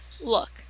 look